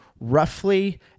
roughly